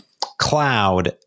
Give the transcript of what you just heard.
cloud